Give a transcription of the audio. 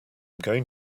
going